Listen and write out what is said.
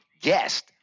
guest